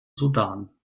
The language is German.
sudan